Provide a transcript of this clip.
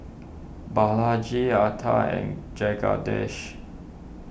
Balaji Atal and Jagadish